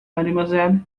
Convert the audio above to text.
mademoiselle